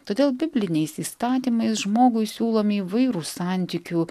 todėl bibliniais įstatymais žmogui siūlomi įvairūs santykių